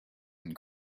and